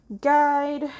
guide